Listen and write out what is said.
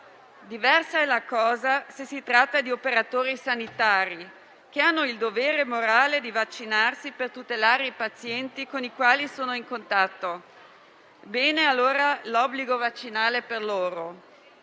Diverso è se si tratta di operatori sanitari, che hanno il dovere morale di vaccinarsi per tutelare i pazienti con i quali sono in contatto: è dunque apprezzabile l'obbligo vaccinale per loro.